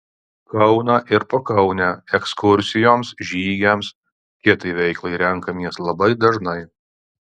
kauną ir pakaunę ekskursijoms žygiams kitai veiklai renkamės labai dažnai